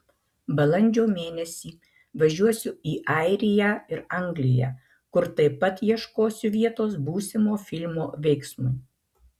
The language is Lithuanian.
balandžio mėnesį važiuosiu į airiją ir angliją kur taip pat ieškosiu vietos būsimo filmo veiksmui